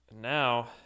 now